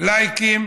לייקים